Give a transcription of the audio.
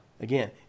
Again